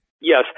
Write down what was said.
Yes